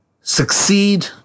succeed